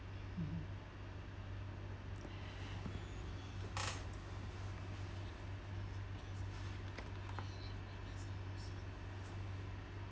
mmhmm